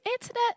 internet